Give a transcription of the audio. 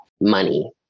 money